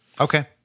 okay